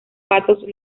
patos